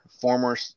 former